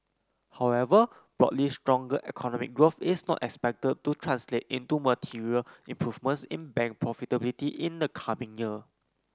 however broadly stronger economic growth is not expected to translate into material improvements in bank profitability in the coming year